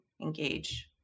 engage